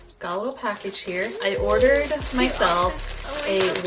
got a little package here. i ordered and myself a